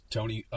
Tony